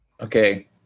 Okay